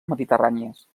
mediterrànies